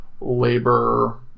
labor